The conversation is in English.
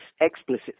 explicit